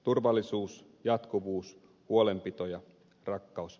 turvallisuus jatkuvuus huolenpito ja rakkaus